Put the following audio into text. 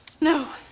No